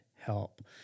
help